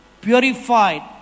purified